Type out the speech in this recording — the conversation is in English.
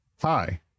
hi